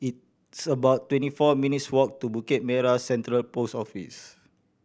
it's about twenty four minutes' walk to Bukit Merah Central Post Office